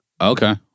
Okay